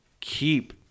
keep